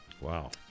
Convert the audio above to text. Wow